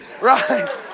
Right